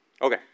Okay